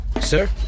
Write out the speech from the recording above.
Sir